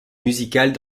musicales